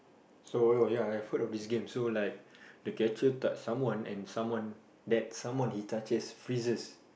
so oh ya ya heard of this game so like the catcher touch someone and someone that someone he touches freezes